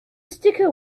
sticker